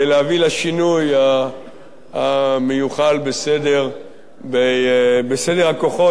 להביא לשינוי המיוחל בסדר הכוחות של